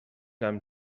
دونم